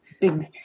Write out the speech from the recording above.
big